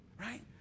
right